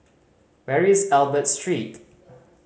where is Albert Street